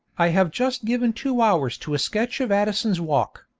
i have just given two hours to a sketch of addison's walk,